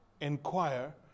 inquire